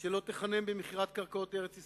של 'לא תחנם' במכירת קרקעות ארץ-ישראל,